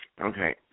Okay